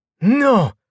No